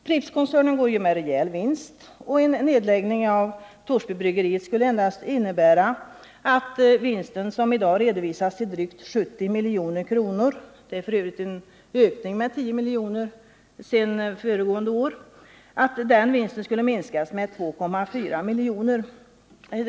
Prippskoncernen går med rejäl vinst, och en nedläggning av Torsbybryggeriet skulle endast innebära att vinsten, som i dag redovisas till drygt 70 milj.kr. — det är f. ö. en ökning med nära 10 milj.kr. sedan föregående år — skulle minskas med 2,4 milj.kr.